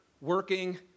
working